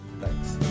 Thanks